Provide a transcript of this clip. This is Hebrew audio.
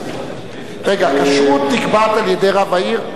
רגע, כשרות נקבעת על-ידי רב העיר?